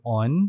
on